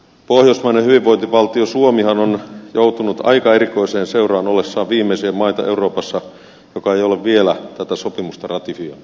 pohjoismainen hyvinvointivaltio suomihan on joutunut aika erikoiseen seuraan ollessaan viimeisiä maita euroopassa joka ei ole vielä tätä sopimusta ratifioinut